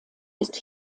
ist